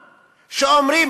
שאומר: